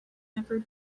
never